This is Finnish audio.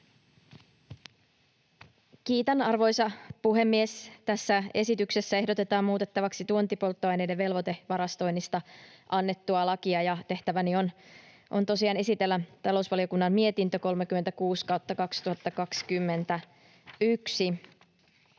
Kiitän, arvoisa puhemies! Tässä esityksessä ehdotetaan muutettavaksi tuontipolttoaineiden velvoitevarastoinnista annettua lakia, ja tehtäväni on tosiaan esitellä talousvaliokunnan mietintö 36/2021. Suomessa